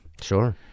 sure